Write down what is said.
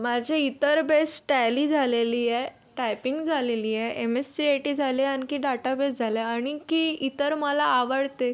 माझे इतर best tally झालेली आहे टाईपिंग झालेली आहे M S C I T झाली आहे आणखी डाटा बेस झाला आहे आणखी इतर मला आवडते